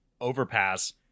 overpass